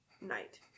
night